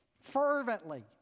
fervently